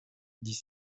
dit